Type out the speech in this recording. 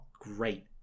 great